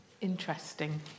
interesting